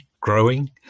growing